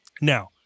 Now